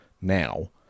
now